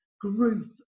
group